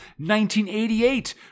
1988